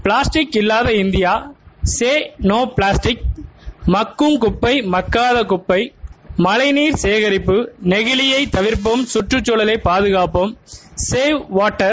plastic இல்லாத India no நோட்டு plastic மக்கும் குப்பை மக்காத குப்பை மழைநீர் சேகரிப்பு நெகிழியை தவிர்ப்போம் கற்றக்குழலை பாதகாப்போம் சேவ் வாட்டர்